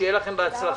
שיהיה לכם בהצלחה.